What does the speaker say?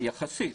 יחסית,